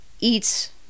eats